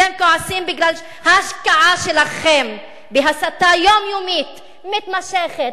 אתם כועסים בגלל שההשקעה שלכם בהסתה יומיומית מתמשכת,